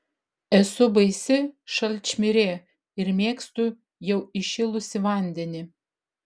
esu baisi šalčmirė ir mėgstu jau įšilusį vandenį